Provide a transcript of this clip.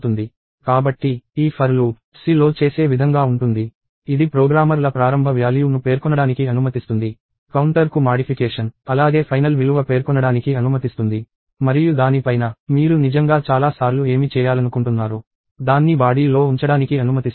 కాబట్టి ఈ for loop C లో చేసే విధంగా ఉంటుంది ఇది ప్రోగ్రామర్ల ప్రారంభ వ్యాల్యూ ను పేర్కొనడానికి అనుమతిస్తుంది కౌంటర్కు మాడిఫికేషన్ అలాగే ఫైనల్ విలువ పేర్కొనడానికి అనుమతిస్తుంది మరియు దాని పైన మీరు నిజంగా చాలా సార్లు ఏమి చేయాలనుకుంటున్నారో దాన్ని బాడీ లో ఉంచడానికి అనుమతిస్తుంది